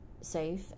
safe